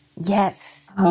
Yes